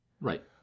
Right